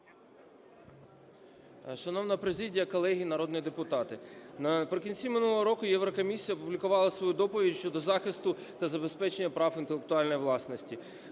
Шановна президія, колеги народні депутати! Наприкінці минулого року Єврокомісія опублікувала свою доповідь щодо захисту та забезпечення прав інтелектуальної власності.